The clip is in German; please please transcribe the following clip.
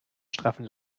straffen